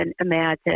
imagine